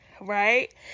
right